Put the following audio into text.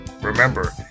Remember